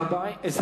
(תיקון מס'